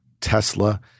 Tesla